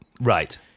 Right